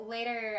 Later